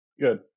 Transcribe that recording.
Good